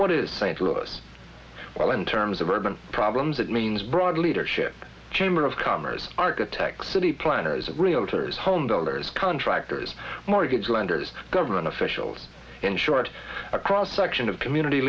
what is saying to us well in terms of urban problems it means broad leadership chamber of commerce architects city planners realtors home builders contractors mortgage lenders government officials in short a cross section of community